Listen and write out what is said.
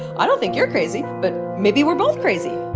i don't think you're crazy. but maybe we're both crazy